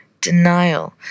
denial